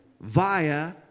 via